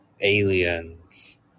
aliens